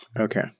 Okay